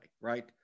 right